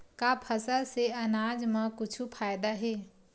का फसल से आनाज मा कुछु फ़ायदा हे?